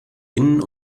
innen